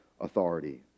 authority